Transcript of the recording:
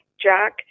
Jack